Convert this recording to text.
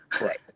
Right